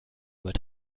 mit